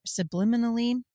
subliminally